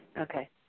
Okay